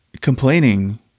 complaining